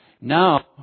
now